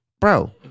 bro